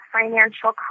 financial